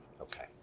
Okay